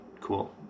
cool